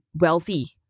wealthy